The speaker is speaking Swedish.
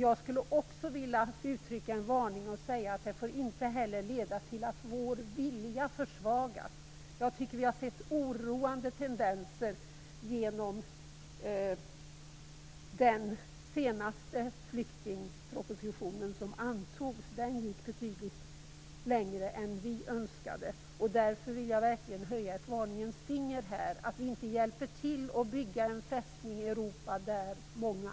Jag skulle också vilja uttrycka en varning och säga att det inte heller får leda till att vår vilja försvagas. Jag tycker att vi har sett oroande tendenser på det. Den senaste flyktingproposition som antogs gick betydligt längre än vi önskade. Därför vill jag verkligen höja ett varningens finger. Vi får inte hjälpa till att bygga en fästning i Europa där många